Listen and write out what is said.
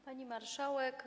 Pani Marszałek!